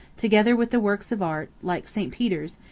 together with the works of art, like st. peter's,